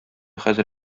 хәзер